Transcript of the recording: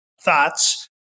thoughts